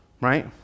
right